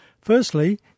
Firstly